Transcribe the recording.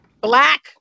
Black